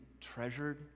treasured